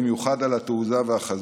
במיוחד על התעוזה והחזון.